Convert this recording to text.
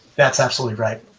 that's absolutely right.